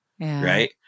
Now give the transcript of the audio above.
Right